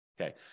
Okay